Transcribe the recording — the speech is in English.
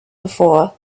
before